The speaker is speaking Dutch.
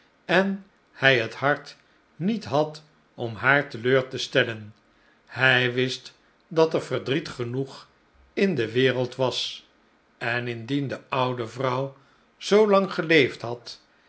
en hij het hart niet had om haar teleur te stellen hij wist dat er verdriet genoeg in de wereld was en indien de oude vrouw zoo lang geleefd had